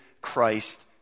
Christ